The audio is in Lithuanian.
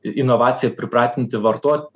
inovacija pripratinti vartot